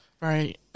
right